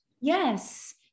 Yes